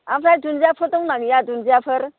ओमफ्राय दुन्दियाफोर दंना गैया दुन्दियाफोर